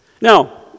Now